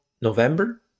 November